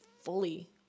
fully